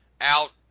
out